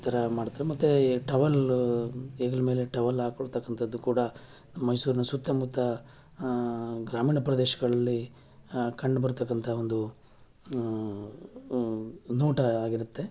ಈ ಥರ ಮಾಡ್ತಾರೆ ಮತ್ತು ಟವಲ್ ಹೆಗಲ ಮೇಲೆ ಟವಲ್ ಹಾಕ್ಕೊಳ್ತಕ್ಕಂಥದ್ದು ಕೂಡ ಮೈಸೂರಿನ ಸುತ್ತಮುತ್ತ ಗ್ರಾಮೀಣ ಪ್ರದೇಶಗಳಲ್ಲಿ ಕಂಡು ಬರ್ತಕ್ಕಂಥ ಒಂದು ನೋಟ ಆಗಿರುತ್ತೆ